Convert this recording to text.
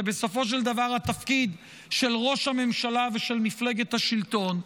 זה בסופו של דבר התפקיד של ראש הממשלה ושל מפלגת השלטון.